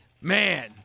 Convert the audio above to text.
Man